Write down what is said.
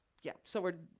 yeah, so we're,